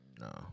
No